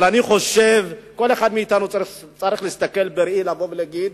אבל אני חושב שכל אחד מאתנו צריך להסתכל בראי ולבוא ולהגיד